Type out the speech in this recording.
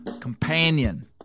companion